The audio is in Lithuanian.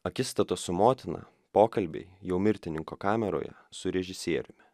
akistatos su motina pokalbiai jau mirtininko kameroje su režisieriumi